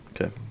Okay